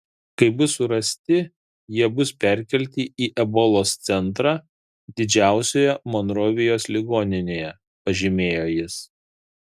kai bus surasti jie bus perkelti į ebolos centrą didžiausioje monrovijos ligoninėje pažymėjo jis